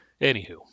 Anywho